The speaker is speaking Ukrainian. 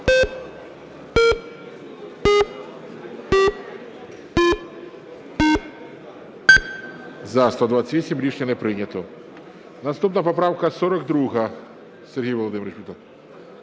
За-128 Рішення не прийнято. Наступна поправка 42. Сергій Володимирович,